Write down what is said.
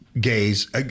gays